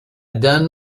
done